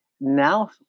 now